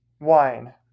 wine